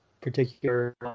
particular